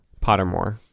Pottermore